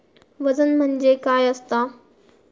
वजन म्हणजे काय असता?